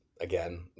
again